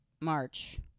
March